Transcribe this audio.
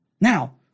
Now